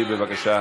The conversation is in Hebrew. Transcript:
6267,